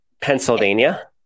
Pennsylvania